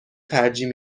ترجیح